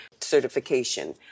certification